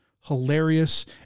hilarious